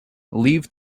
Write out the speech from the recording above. leave